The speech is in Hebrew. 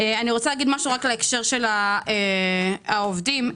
להקשר של העובדים,